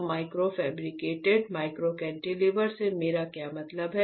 तो micro fabricated micro cantilever से मेरा क्या मतलब है